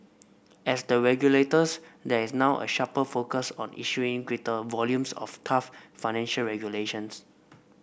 as the regulators there is now a sharper focus on issuing greater volumes of tough financial regulations